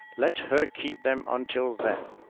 let her keep them until then.